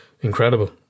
incredible